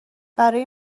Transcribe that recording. برای